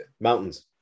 mountains